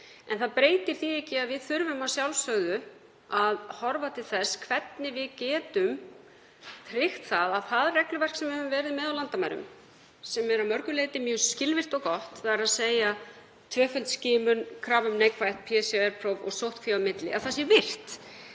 En það breytir því ekki að við þurfum að sjálfsögðu að horfa til þess hvernig við getum tryggt að það regluverk sem við höfum verið með á landamærum, sem er að mörgu leyti mjög skilvirkt og gott, þ.e. tvöföld skimun, krafa um neikvætt PCR-próf og sóttkví á milli, sé virt,